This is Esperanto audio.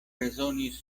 rezonis